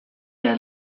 their